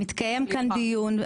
מתקיים כאן דיון.